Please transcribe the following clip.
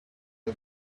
are